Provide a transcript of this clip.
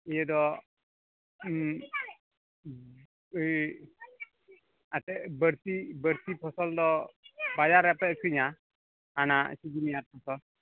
ᱤᱭᱟᱹ ᱫᱚ ᱟᱛᱮᱫ ᱵᱟᱹᱲᱛᱤ ᱵᱟᱹᱲᱛᱤ ᱯᱷᱚᱥᱚᱞ ᱫᱚ ᱵᱟᱡᱟᱨ ᱨᱮᱯᱮ ᱟᱠᱷᱟᱨᱤᱧᱟ ᱟᱱᱟ ᱥᱤᱵᱤᱞ ᱧᱚᱜᱼᱟᱜ ᱠᱚᱫᱚ